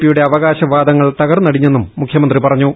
പിയുടെ അവകാശ വാദങ്ങൾ തകർന്നടിഞ്ഞെന്നും മുഖ്യമന്ത്രി പറഞ്ഞു